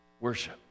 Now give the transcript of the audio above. worship